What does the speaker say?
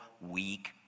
weak